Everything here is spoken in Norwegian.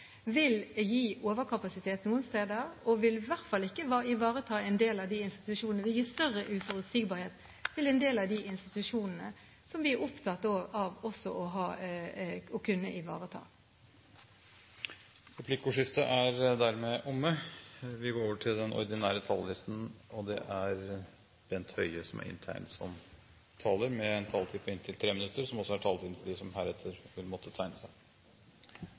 vil gi overkapasitet noen steder og vil i hvert fall ikke ivareta en del av disse institusjonene og vil gi større uforutsigbarhet til en del av de institusjonene som vi er opptatt av å ivareta. Replikkordskiftet er omme. De talere som heretter får ordet, har en taletid på inntil 3 minutter. Når man hører statsråden og de rød-grønne representantene i denne saken, må man tro at verken pasientene eller de som